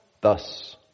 thus